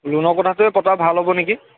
লোনৰ কথাটোৱে পতা ভাল হ'ব নেকি